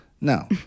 No